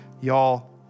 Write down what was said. Y'all